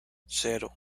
cero